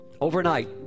Overnight